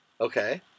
Okay